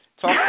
Talk